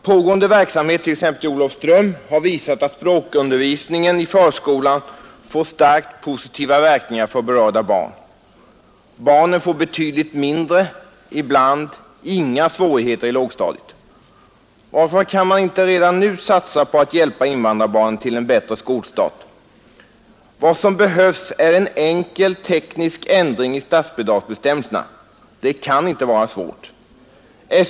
Pågående verksamhet, t.ex. i Olofström, har visat att språkundervisning i förskolan har starkt positiva verkningar för berörda barn. Barnen får betydligt mindre, ibland inga svårigheter på lågstadiet. Varför kan man inte redan nu satsa på att hjälpa invandrarbarnen till en bättre skolstart? Vad som behövs är en enkel teknisk ändring i statsbidragsbestämmelserna. Det kan inte vara svårt.